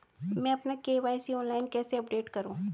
मैं अपना KYC online कैसे अपडेट करूँ?